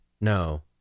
no